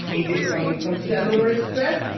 is it coming from cellular stress?